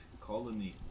colony